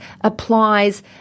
applies